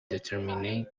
determining